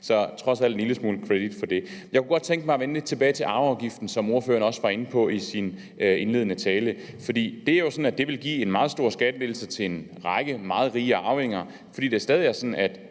jeg trods alt en lille smule credit for. Jeg kunne godt tænke mig at vende lidt tilbage til arveafgiften, som ordføreren også var inde på i sin indledende tale. For det er jo sådan, at det ville give en meget stor skattelettelse til en række meget rige arvinger, fordi det stadig er sådan, at